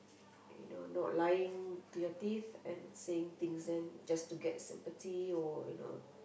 you know not lying to your teeth and saying things then just to get sympathy or you know